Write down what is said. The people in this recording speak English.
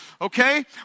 Okay